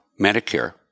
Medicare